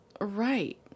Right